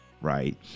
Right